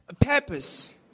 purpose